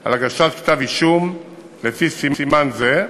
על הגשת כתב-אישום לפי סימן זה,